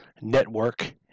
network